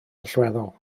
allweddol